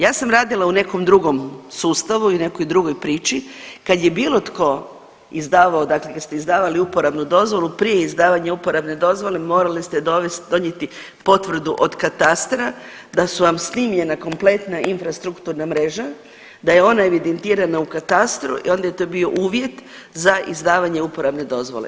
Ja sam radila u nekom drugom sustavu i nekoj drugoj priči kad je bilo tko izdavao dakle kada se izdavali uporabnu dozvolu prije izdavanja uporabne dozvole morali ste donijeti potvrdu od katastra da su vam snimljena kompletna infrastrukturna mreža, da je ona evidentirana u katastru i onda je to bio uvjet za izdavanje uporabne dozvole.